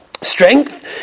strength